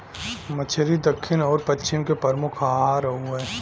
मछली दक्खिन आउर पश्चिम के प्रमुख आहार हउवे